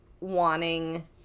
wanting